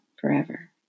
forever